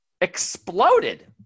exploded